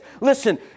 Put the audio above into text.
listen